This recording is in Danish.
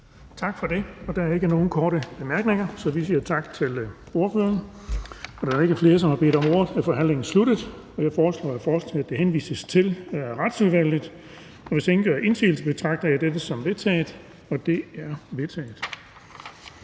Tak for det. Der er ikke nogen korte bemærkninger, så vi siger tak til ordføreren. Da der ikke flere, som har bedt om ordet, er forhandlingen sluttet. Jeg foreslår, at forslaget til folketingsbeslutning henvises til Retsudvalget. Hvis ingen gør indsigelse, betragter jeg dette som vedtaget. Det er vedtaget.